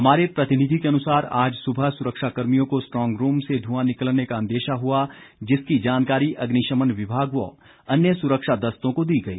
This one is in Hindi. हमारे प्रतिनिधि के अनुसार आज सुबह सुरक्षा कर्मियों को स्ट्रॉन्ग रूम से धुआं निकलने का अंदेशा हुआ जिसकी जानकारी अग्निशमन विभाग व अन्य सुरक्षा दस्तों को दी गई